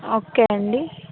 okay అండి